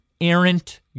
errant